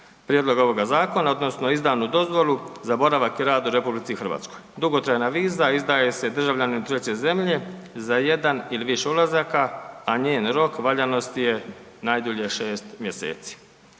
prijedlog ovoga zakona odnosno izdanu dozvolu za boravak i rad u RH. dugotrajna viza izdaje se državljaninu treće zemlje za jedan ili više ulazaka, a njen rok valjanosti je najdulje šest mjeseci.